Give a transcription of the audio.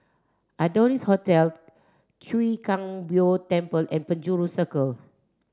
Adonis Hotel Chwee Kang Beo Temple and Penjuru Circle